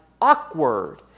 awkward